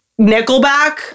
nickelback